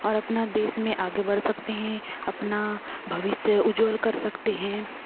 और अपना देश में आगे बढ़ सकते हैं अपना भविष्य उज्ज्वल कर सकते हैं